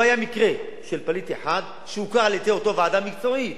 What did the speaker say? לא היה מקרה של פליט אחד שהוכר על-ידי אותה ועדה מקצועית,